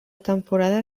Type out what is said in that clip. temporada